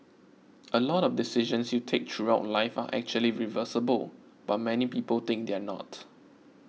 a lot of decisions you take throughout life are actually reversible but many people think they're not